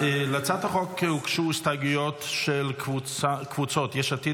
להצעת החוק הוגשו הסתייגויות של קבוצות יש עתיד,